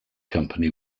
company